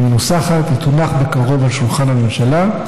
היא מנוסחת, תונח בקרוב על שולחן הממשלה,